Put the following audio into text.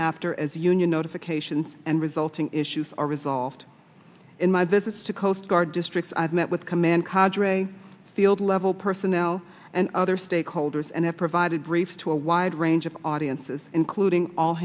after as union notifications and resulting issues are resolved in my visits to coast guard districts i've met with command codger a field level personnel and other stakeholders and have provided briefs to a wide range of audiences including all